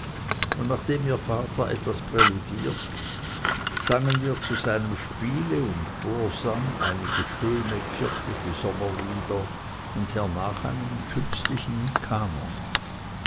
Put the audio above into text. und nachdem ihr vater etwas präludiert sangen wir zu seinem spiele und vorsang einige schöne kirchliche sommerlieder und hernach einen künstlichen kanon